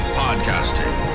podcasting